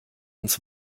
uns